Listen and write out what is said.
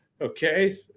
okay